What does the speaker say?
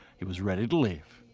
he was ready to leave.